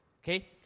Okay